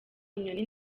inyoni